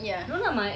ya